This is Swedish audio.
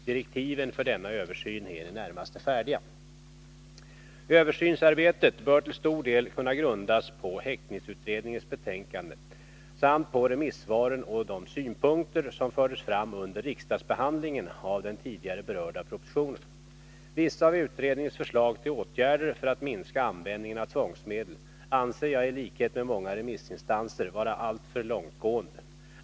Direktiven för denna översyn är i det närmaste färdiga. Översynsarbetet bör till stor del kunna grundas på häktningsutredningens betänkande samt på remissvaren och de synpunkter som fördes fram under riksdagsbehandlingen av den tidigare berörda propositionen. Vissa av utredningens förslag till åtgärder för att minska användningen av tvångsmedel anser jag i likhet med många remissinstanser vara alltför långtgående.